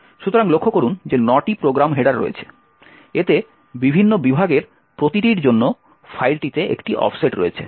সুতরাং লক্ষ্য করুন যে 9টি প্রোগ্রাম হেডার রয়েছে এতে বিভিন্ন বিভাগের প্রতিটির জন্য ফাইলটিতে একটি অফসেট রয়েছে